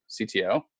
CTO